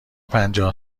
پنجاه